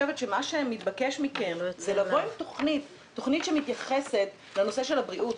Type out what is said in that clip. מתבקש מכם לבוא עם תוכנית שמתייחסת לנושא של הבריאות,